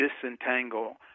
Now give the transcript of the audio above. disentangle